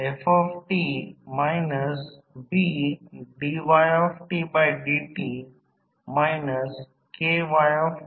याचा अर्थ असा की हे N1 N2 ने N2 ने विभाजित केले जाऊ शकते